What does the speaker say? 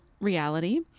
reality